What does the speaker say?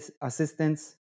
assistance